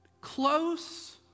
close